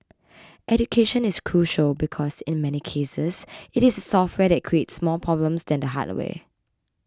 education is crucial because in many cases it is the software that creates more problems than the hardware